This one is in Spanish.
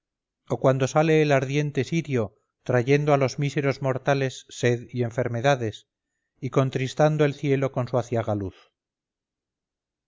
o cuando sale el ardiente sirio trayendo a los míseros mortales sed y enfermedades y contristando el cielo con su aciaga luz